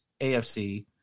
AFC